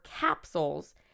capsules